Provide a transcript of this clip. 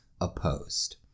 opposed